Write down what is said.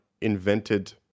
invented